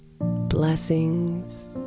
Blessings